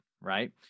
right